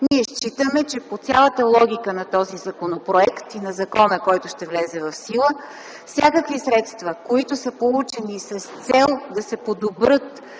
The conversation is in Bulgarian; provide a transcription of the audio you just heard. ние считаме, че по цялата логика на този законопроект и на закона, който ще влезе в сила, всякакви средства, получени с цел да се подобрят